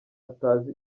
atazi